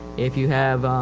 if you have,